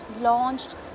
launched